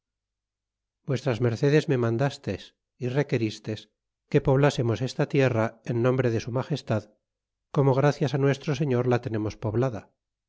vs mercedes me mandastes y reque ris tes que poblásemos esta tierra en nombre de su magestad como gracias a nuestro señor la tenemos poblada